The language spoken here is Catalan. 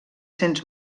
cents